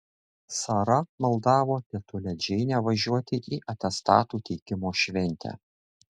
sara maldavo tetulę džeinę važiuoti į atestatų teikimo šventę